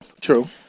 True